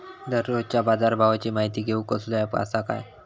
दररोजच्या बाजारभावाची माहिती घेऊक कसलो अँप आसा काय?